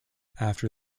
after